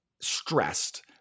stressed